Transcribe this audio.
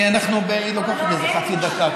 היא לוקחת לי איזו חצי דקה,